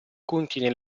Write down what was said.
contiene